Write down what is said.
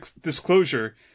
disclosure